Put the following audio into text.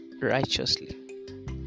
righteously